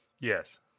Yes